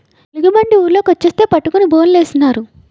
ఎలుగుబంటి ఊర్లోకి వచ్చేస్తే పట్టుకొని బోనులేసినారు